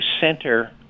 center